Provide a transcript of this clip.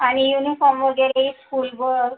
आणि युनिफॉर्म वगैरे स्कूल बस